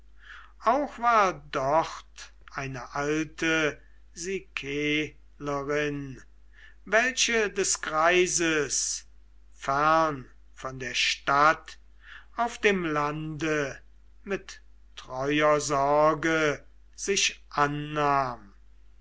auch war dort eine alte sikelerin welche des greises fern von der stadt auf dem lande mit treuer sorge sich annahm